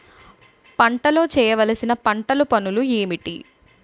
పంటలో చేయవలసిన పంటలు పనులు ఏంటి?